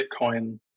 Bitcoin